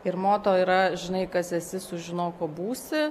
ir moto yra žinai kas esi sužinok kuo būsi